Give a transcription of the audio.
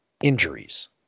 injuries